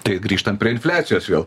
tai grįžtam prie infliacijos vėl